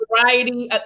variety